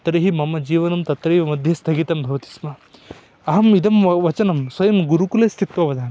तर्हि मम जीवनं तत्रैव मध्ये स्थगितं भवति स्म अहम् इदं वा वचनं स्वयं गुरुकुले स्थित्वा वदामि